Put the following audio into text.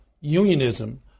unionism